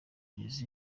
jesus